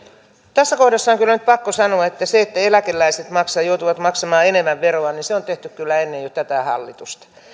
tässä kohdassa on kyllä nyt pakko sanoa että se että eläkeläiset joutuvat maksamaan enemmän veroa on tehty kyllä jo ennen tätä hallitusta